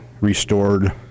restored